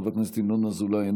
חבר הכנסת ינון אזולאי,